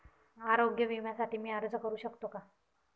आरोग्य विम्यासाठी मी अर्ज करु शकतो का?